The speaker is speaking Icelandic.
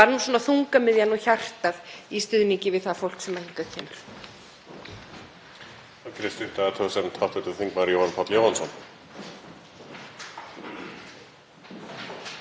Herra forseti. Burt með báknið, segja stundum Sjálfstæðismenn